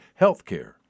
healthcare